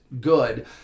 good